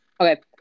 Okay